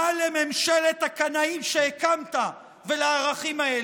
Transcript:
מה לממשלת הקנאים שהקמת ולערכים האלה?